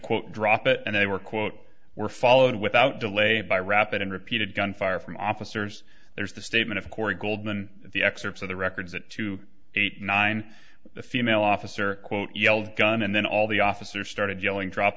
quote drop it and they were quote were followed without delay by rapid and repeated gunfire from officers there's the statement of cory goldman the excerpts of the records that two eight nine female officer quote yelled gun and then all the officers started yelling drop